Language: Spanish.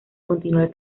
continuar